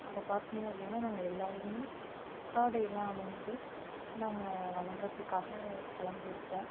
அப்போ பார்த்திங்க அப்படினா நாங்கள் எல்லாருமே புத்தாடையெலாம் அணிந்து நாங்கள் வணங்கிறதுக்காக கிளம்பி இருப்போம்